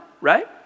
right